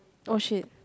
oh shit